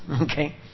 Okay